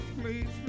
please